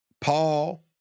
Paul